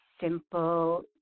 simple